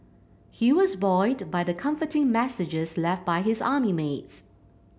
he was buoyed by the comforting messages left by his army mates